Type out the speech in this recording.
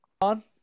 on